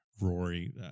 rory